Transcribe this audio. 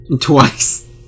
Twice